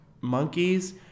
monkeys